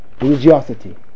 Religiosity